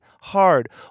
hard